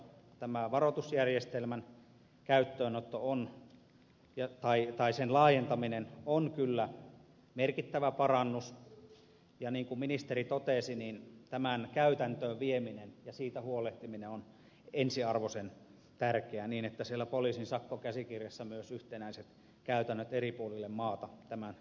tämän varoitusjärjestelmän käyttöönoton laajentaminen on kyllä merkittävä parannus ja niin kuin ministeri totesi tämän käytäntöön vieminen ja siitä huolehtiminen on ensiarvoisen tärkeää niin että siellä poliisin sakkokäsikirjassa myös yhtenäiset käytännöt eri puolille maata tämän tulkinnasta toteutuvat